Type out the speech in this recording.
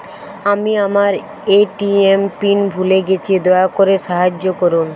আমি আমার ATM pin ভুলে গেছি, দয়া করে সাহায্য করুন